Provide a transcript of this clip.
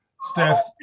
Steph